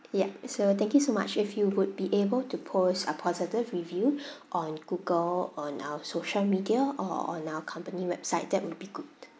yup so thank you so much if you would be able to post a positive review on Google on our social media or on our company website that would be good